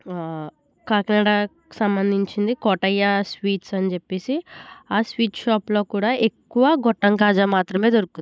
కాకినాడకి సంబంధించింది కోటయ్య స్వీట్స్ అని చెప్పి ఆ స్వీట్ షాప్లో కూడా ఎక్కువ గొట్టం కాజా మాత్రమే దొరుకుద్ధి